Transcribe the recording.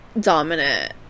dominant